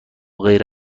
غیر